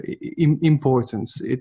importance